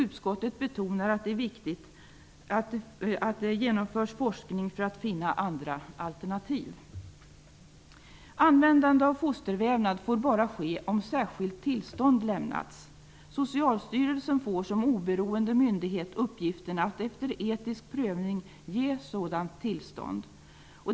Utskottet betonar att det är viktigt att forskning för att finna andra alternativ genomförs. Användande av fostervävnad får ske bara om särskilt tillstånd lämnats. Socialstyrelsen får som oberoende myndighet uppgiften att efter etisk provning ge sådant tillstånd.